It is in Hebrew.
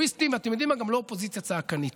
בהשקעות עתק.